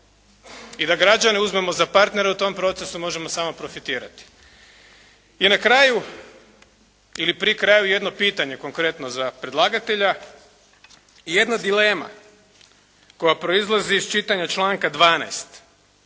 I da građane uzmemo za partnere u tom procesu možemo samo profitirati. I na kraju ili pri kraju jedno pitanje konkretno za predlagatelja. Jedna dilema koja proizlazi iz čitanja članka 12.